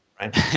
right